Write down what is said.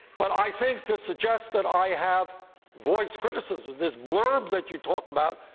but i think to suggest that i have voiced criticism, this blurb that you talk about,